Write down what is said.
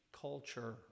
culture